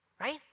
right